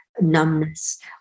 numbness